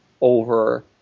over